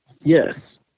Yes